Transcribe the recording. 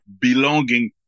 belonging